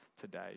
today